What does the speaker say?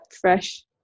fresh